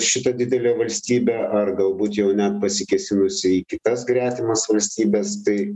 šitą didelę valstybę ar galbūt jau net pasikėsinusi į kitas gretimas valstybes tai